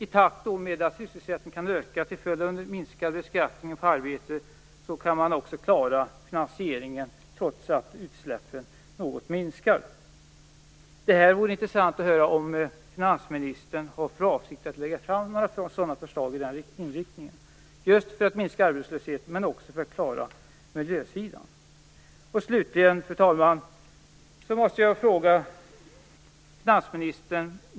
I takt med att sysselsättningen på det viset kan öka till följd av en minskad beskattning på arbete kan man också klara finansieringen, trots att utsläppen något minskar. Det vore intressant att höra om finansministern har för avsikt att lägga fram några förslag med den inriktningen. På så sätt skulle vi framför allt kunna minska arbetslösheten, men det skulle också innebära insatser på miljösidan. Slutligen, fru talman!